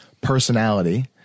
personality